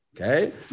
okay